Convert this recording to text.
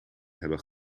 hebben